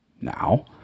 now